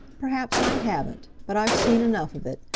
perhaps i haven't, but i've seen enough of it,